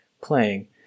playing